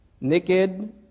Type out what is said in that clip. Naked